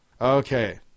okay